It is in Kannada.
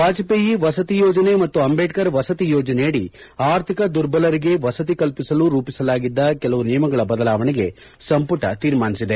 ವಾಜಹೇಯಿ ಮಸತಿ ಯೋಜನೆ ಮತ್ತು ಅಂಬೇಡ್ತರ್ ವಸತಿ ಯೋಜನೆಯಡಿ ಆರ್ಥಿಕ ದುರ್ಬಲರಿಗೆ ವಸತಿ ಕಲ್ಲಿಸಲು ರೂಪಿಸಲಾಗಿದ್ದ ಕೆಲವು ನಿಯಮಗಳ ಬದಲಾವಣೆಗೆ ಸಂಪುಟ ತೀರ್ಮಾನಿಸಿದೆ